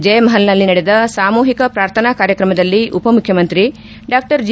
ಜಯಮಹಲ್ನಲ್ಲಿ ನಡೆದ ಸಾಮೂಹಿಕ ಪ್ರಾರ್ಥನಾ ಕಾರ್ಯಕ್ರಮದಲ್ಲಿ ಉಪ ಮುಖ್ಯಮಂತ್ರಿ ಡಾ ಜಿ